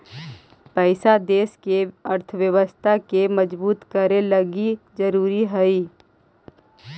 पैसा देश के अर्थव्यवस्था के मजबूत करे लगी ज़रूरी हई